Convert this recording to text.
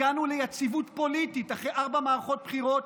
הגענו ליציבות פוליטית אחרי ארבע מערכות בחירות,